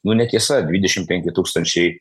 nuų netiesa dvidešimt penki tūkstančiai